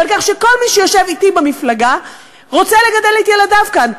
ועל כך שכל מי שיושב אתי במפלגה רוצה לגדל את ילדיו כאן,